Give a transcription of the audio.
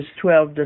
twelve